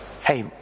hey